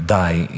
die